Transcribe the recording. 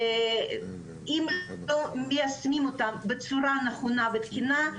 אם לא מיישמים אותם בצורה נכונה ותקינה,